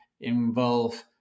involve